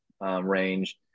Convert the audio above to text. range